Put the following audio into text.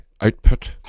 output